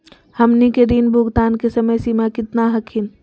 हमनी के ऋण भुगतान के समय सीमा केतना हखिन?